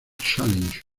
challenge